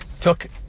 took